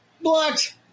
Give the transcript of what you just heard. blocked